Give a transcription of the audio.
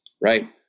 right